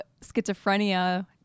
schizophrenia